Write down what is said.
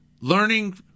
Learning